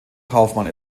kaufmann